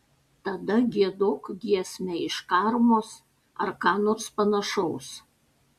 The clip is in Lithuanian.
tada giedok giesmę iš karmos ar ką nors panašaus